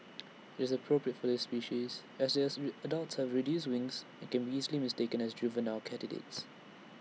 IT is appropriate for this species as this ray adults have reduced wings and can be easily mistaken as juvenile katydids